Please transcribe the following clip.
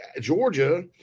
Georgia